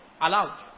allowed